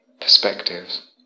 perspectives